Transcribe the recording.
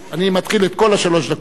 אני מתחיל את כל שלוש הדקות מההתחלה.